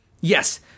Yes